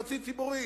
חצי ציבורית.